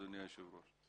אדוני היושב-ראש.